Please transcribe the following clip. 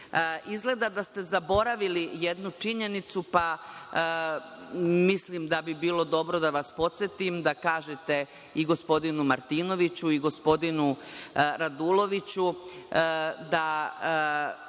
Izgleda da ste zaboravili jednu činjenicu, mislim da bi bilo dobro da vas podsetim, da kažete i gospodinu Martinoviću i gospodinu Raduloviću,